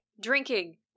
drinking